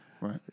Right